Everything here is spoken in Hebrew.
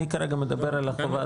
אני כרגע מדבר על חובת